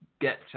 get